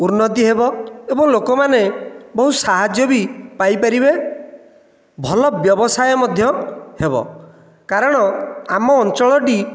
ଉନ୍ନତି ହେବ ଏବଂ ଲୋକମାନେ ବହୁତ ସାହାଯ୍ୟ ବି ପାଇପାରିବେ ଭଲ ବ୍ୟବସାୟ ମଧ୍ୟ ହେବ କାରଣ ଆମ ଅଞ୍ଚଳଟି